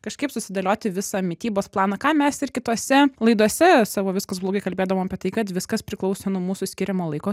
kažkaip susidėlioti visą mitybos planą ką mes ir kitose laidose savo viskas blogai kalbėdavom apie tai kad viskas priklauso nuo mūsų skiriamo laiko